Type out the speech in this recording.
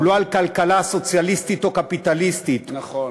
הוא לא על כלכלה סוציאליסטית או קפיטליסטית, נכון.